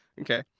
Okay